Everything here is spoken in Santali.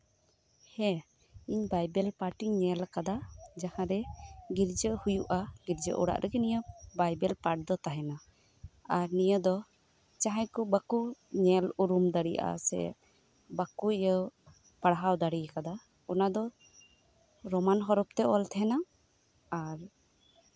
ᱦᱮᱸ ᱤᱧ ᱵᱟᱭᱵᱮᱞ ᱨᱮᱭᱟᱜ ᱯᱟᱴ ᱤᱧ ᱧᱮᱞ ᱠᱟᱫᱟ ᱡᱟᱸᱦᱟᱨᱮ ᱜᱤᱨᱡᱟᱹ ᱦᱩᱭᱩᱜᱼᱟ ᱚᱲᱟᱜ ᱨᱮᱜᱮ ᱱᱤᱭᱟᱹ ᱵᱟᱭᱵᱮᱴ ᱯᱟᱴ ᱫᱚ ᱛᱟᱸᱦᱮᱱᱟ ᱟᱨ ᱱᱤᱭᱟᱹ ᱫᱚ ᱡᱟᱸᱦᱟᱭ ᱠᱚ ᱵᱟᱠᱚ ᱧᱮᱞ ᱩᱨᱩᱢ ᱫᱟᱲᱮᱭᱟᱜᱼᱟ ᱥᱮ ᱵᱟᱠᱚ ᱤᱭᱟᱹ ᱯᱟᱲᱦᱟᱣ ᱫᱟᱲᱮᱭᱟᱜᱼᱟ ᱠᱟᱫᱟ ᱚᱱᱟ ᱫᱚ ᱨᱳᱢᱟᱱ ᱦᱚᱨᱚᱯ ᱛᱮ ᱚᱞ ᱛᱟᱸᱦᱮᱱᱟ ᱟᱨ